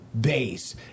Base